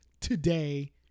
today